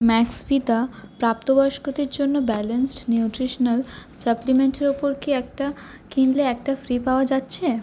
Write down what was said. Maxvida প্রাপ্তবয়স্কদের জন্য balanced nutritional সাপ্লিমেন্টের ওপর কি একটা কিনলে একটা ফ্রি পাওয়া যাচ্ছে